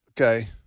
Okay